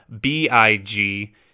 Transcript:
B-I-G